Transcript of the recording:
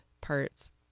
parts